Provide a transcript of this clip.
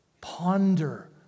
Ponder